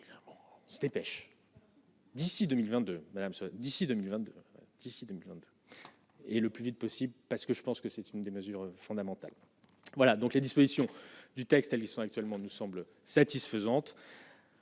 se dépêche d'ici 2022, madame, d'ici 2022 d'ici 2020 et le plus vite possible parce que je pense que c'est une des mesures fondamentales, voilà donc les dispositions du texte, elles sont actuellement nous semble satisfaisante.